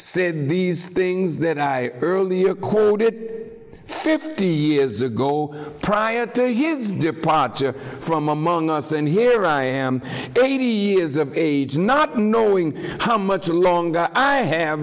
said these things that i earlier quoted fifty years ago prior to his departure from among us and here i am eighty years of age not knowing how much longer i have